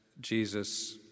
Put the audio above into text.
Jesus